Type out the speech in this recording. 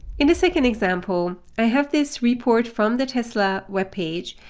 in the second example, i have this report from the tesla web page,